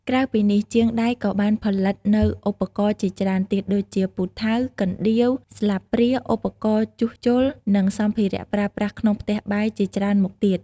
ក្រៅពីនេះ ជាងដែកក៏បានផលិតនូវឧបករណ៍ជាច្រើនទៀត ដូចជា ពូថៅ កណ្ដៀវ ស្លាបព្រា ឧបករណ៍ជួសជុល និងសម្ភារៈប្រើប្រាស់ក្នុងផ្ទះបាយជាច្រើនមុខទៀត។